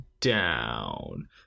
down